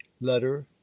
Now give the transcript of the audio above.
Letter